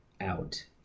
out